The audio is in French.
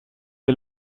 est